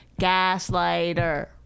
Gaslighter